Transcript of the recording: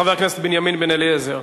חבר הכנסת בנימין בן-אליעזר.